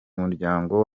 muryango